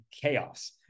chaos